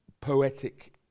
poetic